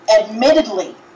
admittedly